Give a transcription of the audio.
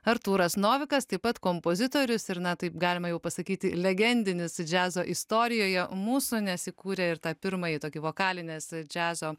artūras novikas taip pat kompozitorius ir na taip galima jau pasakyti legendinis džiazo istorijoje mūsų nes įkūrė ir tą pirmąjį tokį vokalinės džiazo